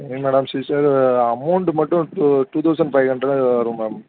என்னனால் sister amount மட்டும் two thousand five hundred வரும் மேம்